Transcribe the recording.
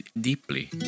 deeply